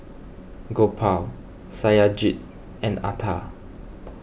Gopal Satyajit and Atal